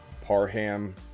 Parham